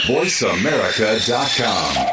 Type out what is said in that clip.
VoiceAmerica.com